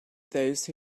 those